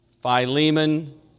Philemon